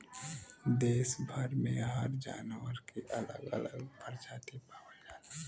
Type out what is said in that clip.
देस भर में हर जानवर के अलग अलग परजाती पावल जाला